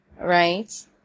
right